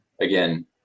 Again